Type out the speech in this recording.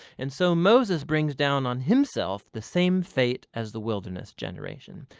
and so moses brings down on himself the same fate as the wilderness generation.